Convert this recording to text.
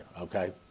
Okay